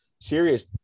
serious